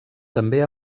també